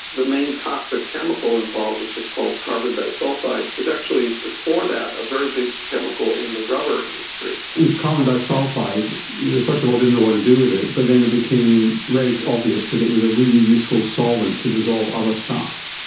the main toxic chemical involved which is called carbon disulphide was actually before that a very big chemical in the rubber industry. and carbon disulphide, they first of all didn't know what to do with it, but then it became very obvious that it was a really useful solvent to dissolve other stuff.